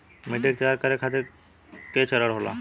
मिट्टी के तैयार करें खातिर के चरण होला?